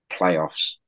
playoffs